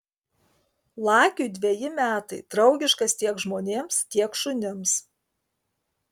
lakiui dveji metai draugiškas tiek žmonėms tiek šunims